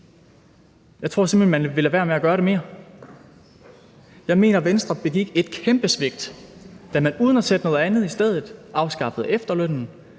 Jeg tror simpelt hen, at man derefter vil lade være med at gøre det mere. Jeg mener, at Venstre begik et kæmpe svigt, da man uden at sætte noget andet i stedet afskaffede efterlønnen